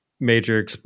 major